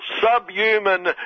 SUBHUMAN